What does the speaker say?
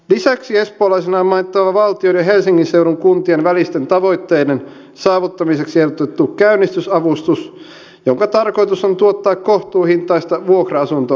lisäksi espoolaisena on mainittava valtion ja helsingin seudun kuntien välisten tavoitteiden saavuttamiseksi ehdotettu käynnistysavustus jonka tarkoitus on tuottaa kohtuuhintaista vuokra asuntorakentamista